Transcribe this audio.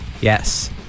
Yes